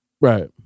Right